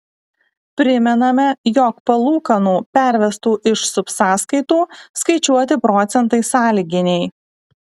primename jog palūkanų pervestų iš subsąskaitų skaičiuoti procentai sąlyginiai